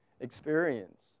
experience